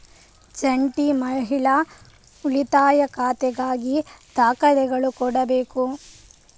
ಜಂಟಿ ಮಹಿಳಾ ಉಳಿತಾಯ ಖಾತೆಗಾಗಿ ದಾಖಲೆಗಳು ಕೊಡಬೇಕು